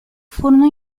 furono